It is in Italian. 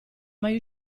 mai